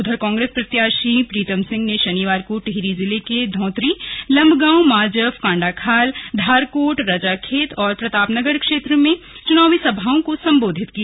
उधर कांग्रेस प्रत्याशी प्रीतम सिंह ने शनिवार को टिहरी जिले के धौंतरी लम्बगांव माजफ काण्डाखाल धारकोट रजाखेत प्रतापनगर क्षेत्र मं चुनावी सभाओं को संबोधित किया